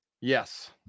Yes